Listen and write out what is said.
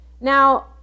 Now